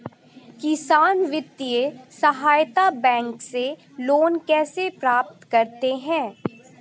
किसान वित्तीय सहायता बैंक से लोंन कैसे प्राप्त करते हैं?